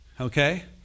okay